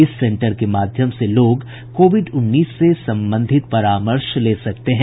इस सेंटर के माध्यम से लोग कोविड उन्नीस से संबंधित परामर्श ले सकते हैं